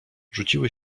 rzuciły